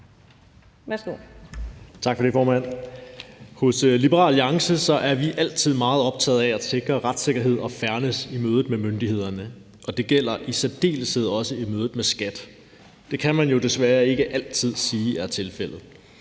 Hos Liberal Alliance er vi altid meget optaget af at sikre retssikkerhed og fairness i mødet med myndighederne, og det gælder i særdeleshed også i mødet med skattevæsenet. Det kan man jo desværre ikke altid sige er tilfældet.